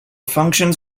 functions